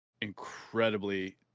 incredibly